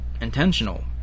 intentional